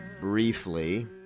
briefly